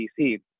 dc